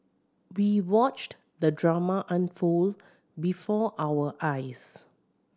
we watched the drama unfold before our eyes